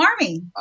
Army